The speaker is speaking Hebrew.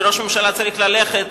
שראש ממשלה צריך ללכת,